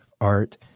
Art